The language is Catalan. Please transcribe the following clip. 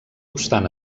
obstant